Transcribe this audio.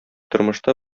тормышта